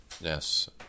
Yes